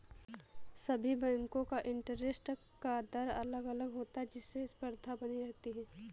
सभी बेंको का इंटरेस्ट का दर अलग अलग होता है जिससे स्पर्धा बनी रहती है